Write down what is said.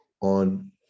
on